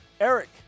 Eric